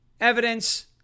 evidence